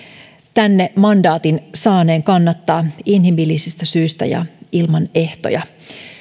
tänne mandaatin saaneen kannattaa inhimillisistä syistä ja ilman ehtoja